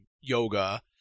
yoga